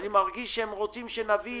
אני מרגיש שהם רוצים שנביא